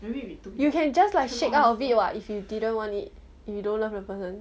you can just like shake out of it if you didn't want it if you don't love the person